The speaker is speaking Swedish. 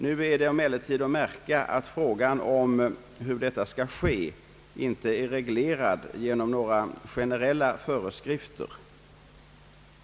Det är emellertid att märka att frågan om hur detta skall ske inte är reglerad genom några generella föreskrifter.